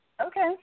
Okay